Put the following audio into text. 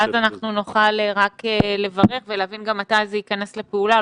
ונוכל לברך ולהבין גם מתי זה ייכנס לפעולה,